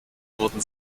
wurden